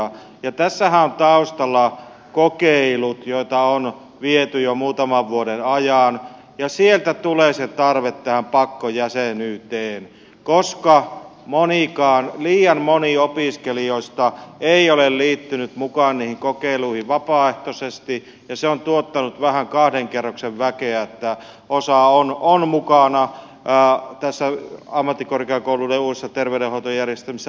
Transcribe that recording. tässähän ovat taustalla kokeilut joita on viety jo muutaman vuoden ajan ja sieltä tulee se tarve tähän pakkojäsenyyteen koska monikaan liian moni opiskelijoista ei ole liittynyt mukaan niihin kokeiluihin vapaaehtoisesti ja se on tuottanut vähän kahden kerroksen väkeä siten että osa on mukana ammattikorkeakoulujen uusissa terveydenhoitojärjestelmissä osa ei